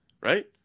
right